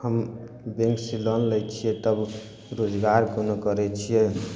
हम बैंक सऽ लोन लै छियै तब रोजगार कोनो करै छियै